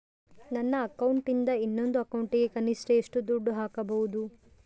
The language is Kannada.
ನನ್ನ ಅಕೌಂಟಿಂದ ಇನ್ನೊಂದು ಅಕೌಂಟಿಗೆ ಕನಿಷ್ಟ ಎಷ್ಟು ದುಡ್ಡು ಹಾಕಬಹುದು?